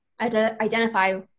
identify